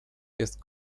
jest